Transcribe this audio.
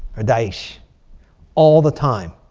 or daesh all the time.